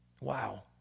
Wow